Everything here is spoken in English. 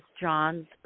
John's